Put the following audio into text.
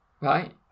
right